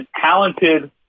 talented